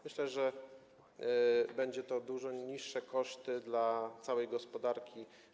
Myślę, że będą to dużo niższe koszty dla całej gospodarki.